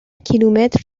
کیلومتر